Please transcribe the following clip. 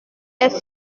est